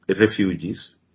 refugees